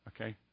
okay